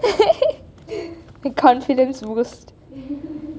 a confidence boost